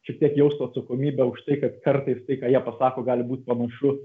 šiek tiek jaustų atsakomybę už tai kad kartais tai ką jie pasako gali būt panašu